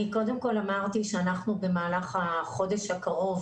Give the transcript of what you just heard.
אני אמרתי שאנחנו במהלך החודש הקרוב